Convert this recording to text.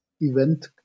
event